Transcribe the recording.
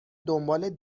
دنبال